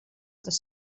tas